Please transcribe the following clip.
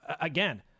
again